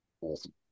Awesome